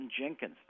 Jenkins